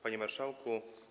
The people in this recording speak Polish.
Panie Marszałku!